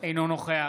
אינו נוכח